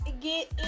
get